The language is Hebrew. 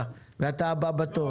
מקלב,